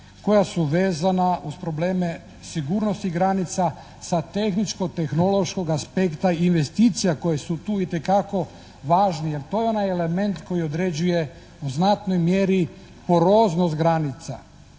koja su vezana uz probleme sigurnosti granica sa tehničko-tehnološkog aspekta i investicija koje su tu itekako važni. Jer to je onaj element koji određuje u znatnoj mjeri poroznost granica,